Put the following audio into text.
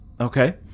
Okay